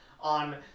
on